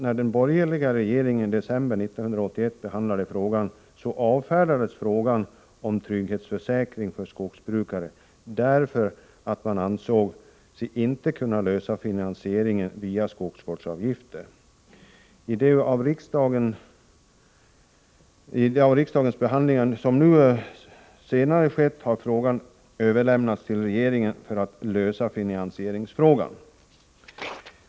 När den borgerliga regeringen behandlade frågan i december 1981 avfärdades frågan om trygghetsförsäkring för skogsbrukare därför att man inte ansåg sig kunna lösa finansieringen via skogsvårdsavgifter. I ett senare skede av riksdagens behandling har frågan överlämnats till regeringen för att den skall lösa finansieringsfrågan.